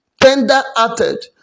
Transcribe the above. Tender-hearted